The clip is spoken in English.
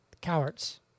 Cowards